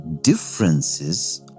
differences